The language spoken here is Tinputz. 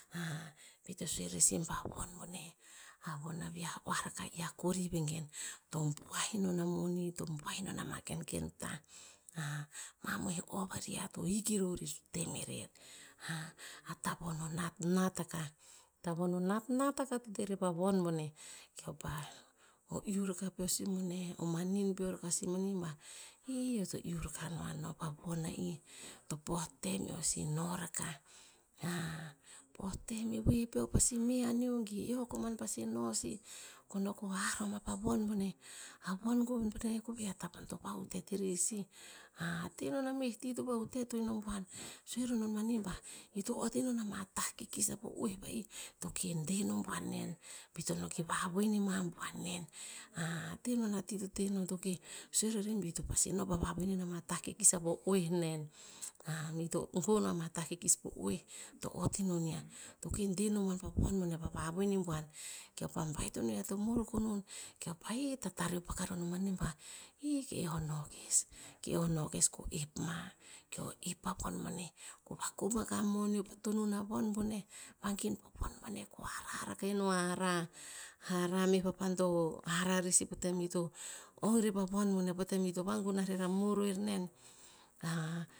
be ito sue rer sih ba von boneh, a von a viah oah rakah, i a kori vengen, to buah enon a moni to buah eh non ama kenken tah. mamoih o vari ear to hik e ror to teh meh rer. a tavon o natnat akah, tavon o natnat akah to teh rer pa von boneh. Keo pa, o iuh rakah peo sih boneh, o manin peo rakah sih boneh, va'i, eo to iuh rakah noh pa von a i. To po a tem eo sih noh rakah. po tem we peo pasi meh aneo, ge eo koman pasi noh a sih, ko noh ko haroma po von boneh. A von koh boneh koveh atavon to va utet irer sih. tenon ama mohi ti to va utet ino boan, sue roh non mani ba ito ot onon ama tah kikis vapo oeh va'i, to keh deh no buan nen. Beh to no ki vawoen ima buan nen. tehnon a ti to temenon to keh, sue rori ba ito pasi noh pa vawon i ama tah kikis a po oeh nen. ito gon ama tah kikis po oeh, to ott ino niah. To keh deh noman pa toawania pa vawoeni buan. Keo pa baitonia to moroko non keo pa tatareop mani ba. keo noh kes- keo noh kes, keo oep ma, keo oep akuh mani, keo vakong akah a monio pa tonuno von boneh. hara- hara meoh papan to hara reh sih po tem ito ong rer po von boneh. Po tem ito vagunah rer a moh ro oer nen.